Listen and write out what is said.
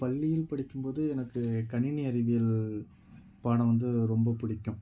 பள்ளியில் படிக்கும் போது எனக்கு கணினி அறிவியல் பாடம் வந்து ரொம்ப பிடிக்கும்